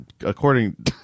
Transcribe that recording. According